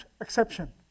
exception